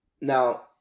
Now